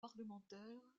parlementaires